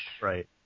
Right